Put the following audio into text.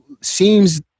seems